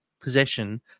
possession